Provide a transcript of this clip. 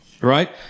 Right